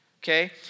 okay